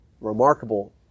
remarkable